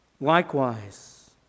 Likewise